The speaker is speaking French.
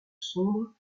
sombre